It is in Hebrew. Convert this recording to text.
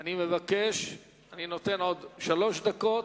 אני נותן עוד שלוש דקות,